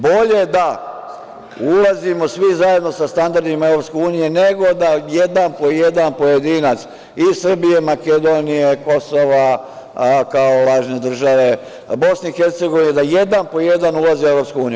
Bolje je da ulazimo svi zajedno sa standardima EU, nego da jedan po jedan pojedinac iz Srbije, Makedonije, Kosova kao lažne države, BiH, da jedan po jedan ulaze u EU.